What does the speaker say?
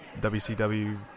WCW